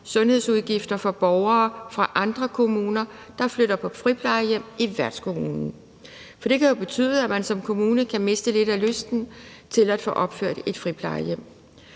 sundhedsudgifter for borgere fra andre kommuner, der flytter på friplejehjem i værtskommunen. For det kan jo betyde, at man som kommune kan miste lidt af lysten til at få opført et friplejehjem.